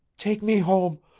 take me home,